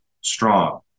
strong